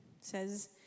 says